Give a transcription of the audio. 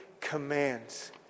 commands